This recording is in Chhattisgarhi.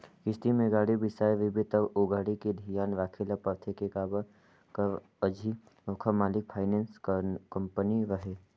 किस्ती में गाड़ी बिसाए रिबे त ओ गाड़ी के धियान राखे ल परथे के काबर कर अझी ओखर मालिक फाइनेंस कंपनी हरय